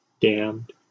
Damned